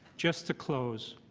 just to close,